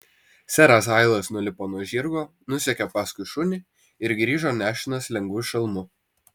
seras hailas nulipo nuo žirgo nusekė paskui šunį ir grįžo nešinas lengvu šalmu